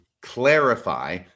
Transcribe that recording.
clarify